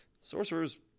sorcerers